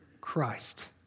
Christ